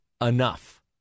enough